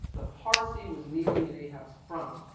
the parsee was kneeling in ahab's front,